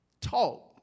talk